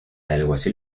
alguacil